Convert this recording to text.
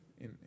in-